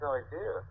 idea